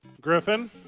Griffin